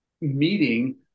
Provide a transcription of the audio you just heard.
meeting